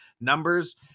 numbers